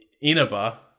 Inaba